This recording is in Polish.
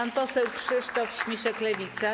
Pan poseł Krzysztof Śmiszek, Lewica.